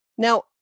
Now